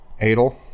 Adel